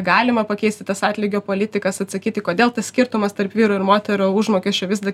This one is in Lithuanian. galima pakeisti tas atlygio politikas atsakyti kodėl tas skirtumas tarp vyrų ir moterų užmokesčio vis dar